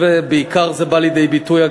בעיקר זה בא לידי ביטוי,